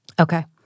Okay